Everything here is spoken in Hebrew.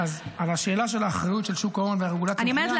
על השאלה של האחריות של שוק ההון והרגולציה אני אענה --- אני אומרת,